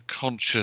conscious